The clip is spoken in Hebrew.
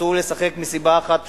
אסור לשחק מסיבה אחת פשוטה: